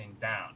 down